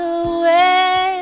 away